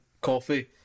coffee